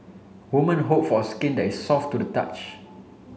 women hope for skin that is soft to the touch